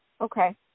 Okay